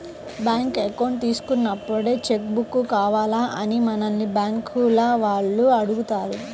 bank account తీసుకున్నప్పుడే cheque book కావాలా అని మనల్ని బ్యేంకుల వాళ్ళు అడుగుతారు